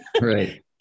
Right